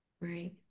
Right